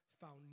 found